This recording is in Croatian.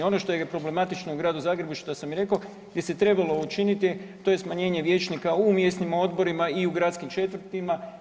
Ono što je problematično u Gradu Zagrebu što sam i rekao gdje se trebalo učiniti to je smanjene vijećnika u mjesnim odborima i u gradskim četvrtima.